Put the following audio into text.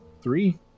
Three